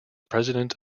president